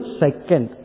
second